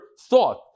thought